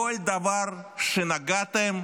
בכל דבר שנגעתם,